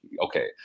okay